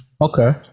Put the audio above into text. Okay